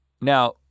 Now